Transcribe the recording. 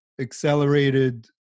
accelerated